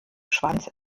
schwanz